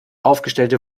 aufgestellte